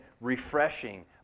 refreshing